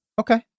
Okay